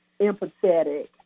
empathetic